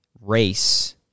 race